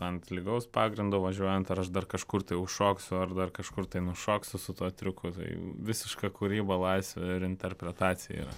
ant lygaus pagrindo važiuojant ar aš dar kažkur tai užšoksiu ar dar kažkur tai nušoksiu su tuo triuku tai visiška kūryba laisvė ir interpretacija yra